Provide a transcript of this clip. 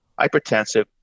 hypertensive